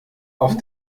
auf